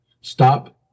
Stop